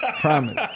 Promise